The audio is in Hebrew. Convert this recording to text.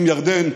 עם ירדן,